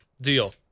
Deal